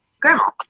grandma